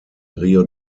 rio